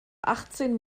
achtzehn